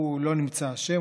הוא לא נמצא אשם,